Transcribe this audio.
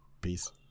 Peace